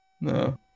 No